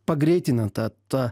pagreitina tą tą